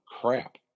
crap